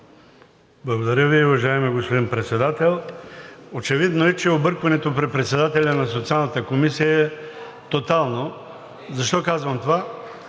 Благодаря Ви, уважаеми господин Председател. Очевидно е, че объркването при председателя на Социалната комисия е тотално. Защо казвам това?